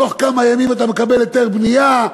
בתוך כמה ימים אתה מקבל היתר בנייה,